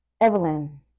Evelyn